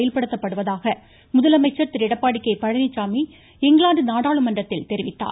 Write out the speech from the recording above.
செயல்படுத்தப்படுவதாக முதலமைச்சர் Thiru Edappadi K Palaniswami England நாடாளுமன்றத்தில் தெரிவித்துள்ளார்